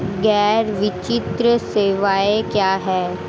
गैर वित्तीय सेवाएं क्या हैं?